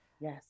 Yes